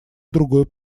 другой